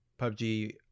PUBG